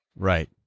Right